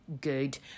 good